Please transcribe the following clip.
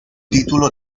título